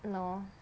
no